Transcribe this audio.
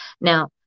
Now